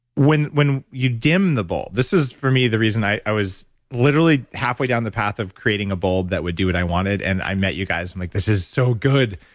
when when you dim the bulb. this is for me, the reason i i was literally halfway down the path of creating a bulb that would do what i wanted, and i met you guys, i'm like, this is so good.